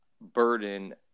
burden